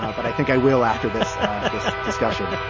ah but i think i will after this this discussion